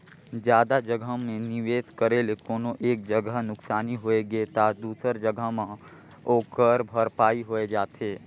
जादा जगहा में निवेस करे ले कोनो एक जगहा नुकसानी होइ गे ता दूसर जगहा में ओकर भरपाई होए जाथे